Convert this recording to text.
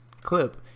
clip